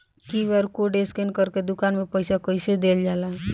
QR code scan करके दुकान में पईसा कइसे देल जाला?